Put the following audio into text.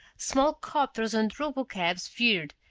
small copters and robotcabs veered,